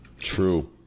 True